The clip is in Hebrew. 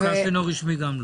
גם מוכר שאינו רשמי גם לא,